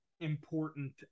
important